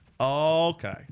Okay